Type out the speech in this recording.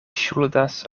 ŝuldas